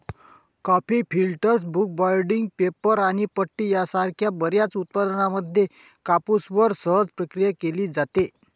coffee filters, book binding, paper आणि पट्टी यासारख्या बर्याच उत्पादनांमध्ये कापूसवर सहज प्रक्रिया केली जाते